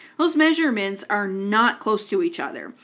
those measurements are not close to each other.